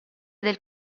del